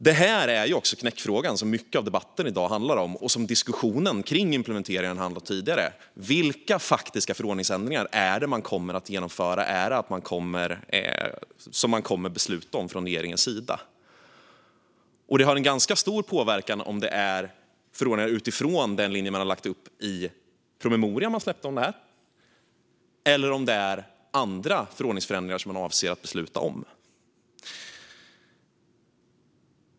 Det här är också knäckfrågan som mycket av debatten i dag handlar om och som diskussionen kring implementeringen har handlat om tidigare - vilka faktiska förordningsändringar är det som man kommer att genomföra och som man kommer att besluta om från regeringens sida? Det har en ganska stor betydelse om det är fråga om förordningar utifrån den linje man dragit upp i promemorian man släppte om det här eller om det är andra förordningsförändringar som man avser att besluta om. Fru talman!